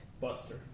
Buster